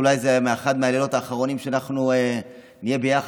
זה אולי אחד מהלילות האחרונים שנהיה ביחד.